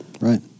right